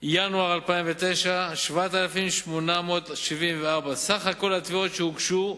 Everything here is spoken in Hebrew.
ינואר 2009, 7,874, סך התביעות שהוגשו,